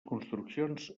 construccions